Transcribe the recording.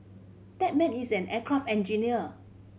that man is an aircraft engineer